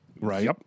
right